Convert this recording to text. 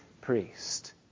priest